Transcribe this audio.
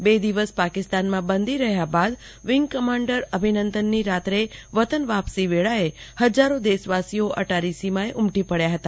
બે દિવસ પાકિસ્તાનમાં બંદી રહ્યા બાદ વિંગ કમાન્ડર અભિનંદનની રાત્રે વતન વાપસી વેળાએ હજારો દેશવાસીઓ અટારી સીમાએ ઉમટી પડ્રયા હતા